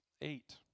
Eight